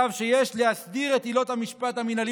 כתב שיש להסדיר את עילות המשפט המינהלי